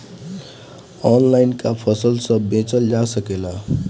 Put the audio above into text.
Online का सब फसल बेचल जा सकेला?